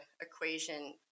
equation